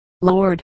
Lord